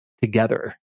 together